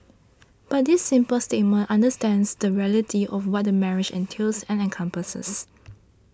but this simple statement understates the reality of what a marriage entails and encompasses